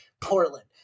Portland